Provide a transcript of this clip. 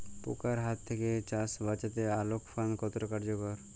পোকার হাত থেকে চাষ বাচাতে আলোক ফাঁদ কতটা কার্যকর?